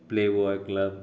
play over club